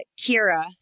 Kira